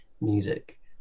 music